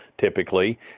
typically